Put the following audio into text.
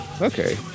okay